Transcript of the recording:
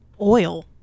oil